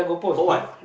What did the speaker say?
for what